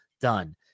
done